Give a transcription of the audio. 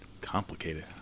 Complicated